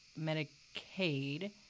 Medicaid